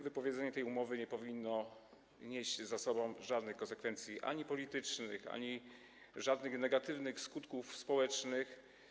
Wypowiedzenie tej umowy nie powinno nieść za sobą żadnych konsekwencji politycznych ani żadnych negatywnych skutków społecznych.